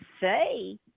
say